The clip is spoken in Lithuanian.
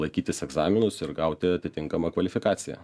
laikytis egzaminus ir gauti atitinkamą kvalifikaciją